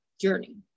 journey